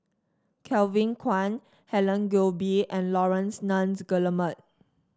Kevin Kwan Helen Gilbey and Laurence Nunns Guillemard